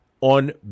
on